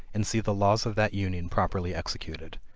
and see the laws of that union properly executed.